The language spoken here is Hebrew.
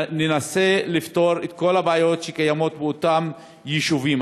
ננסה לפתור את כל הבעיות שקיימות באותם יישובים.